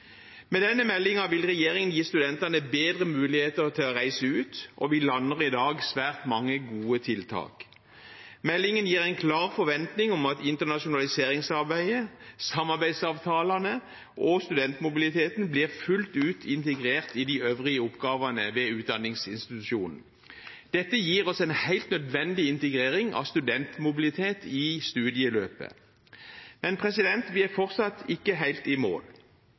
Med denne meldingen vil regjeringen gi studentene bedre muligheter til å reise ut, og vi lander i dag svært mange gode tiltak. Meldingen gir en klar forventning om at internasjonaliseringsarbeidet, samarbeidsavtalene og studentmobiliteten blir fullt ut integrert i de øvrige oppgavene ved utdanningsinstitusjonen. Dette gir oss en helt nødvendig integrering av studentmobilitet i studieløpet. Men vi er fortsatt ikke helt i mål.